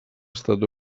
estat